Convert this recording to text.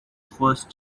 first